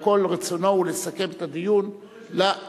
אלא כל רצונו הוא לסכם את הדיון לעניין.